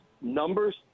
numbers